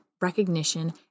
recognition